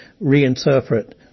reinterpret